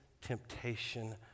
temptation